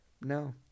No